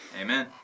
Amen